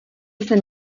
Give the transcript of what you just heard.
lze